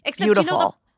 Beautiful